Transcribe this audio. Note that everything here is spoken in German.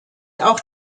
auch